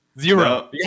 Zero